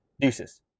Deuces